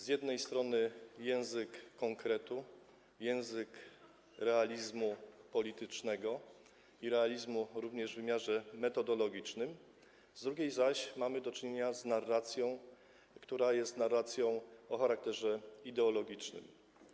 Z jednej strony jest język konkretu, język realizmu politycznego i realizmu również w wymiarze metodologicznym, z drugiej zaś strony mamy do czynienia z narracją, która jest narracją o charakterze ideologicznym.